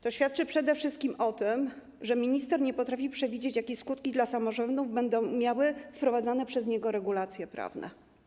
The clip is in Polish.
To świadczy przede wszystkim o tym, że minister nie potrafi przewidzieć tego, jakie skutki dla samorządów będą miały wprowadzone przez niego regulacje prawne.